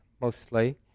mostly